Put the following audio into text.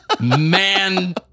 man